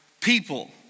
people